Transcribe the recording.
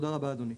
בסדר גמור.